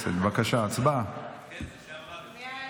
בבקשה, הצבעה.